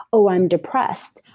oh, i'm depressed,